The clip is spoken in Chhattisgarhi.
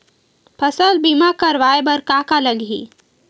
फसल बीमा करवाय बर का का लगही?